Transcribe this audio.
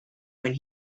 when